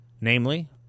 namely